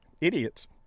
idiots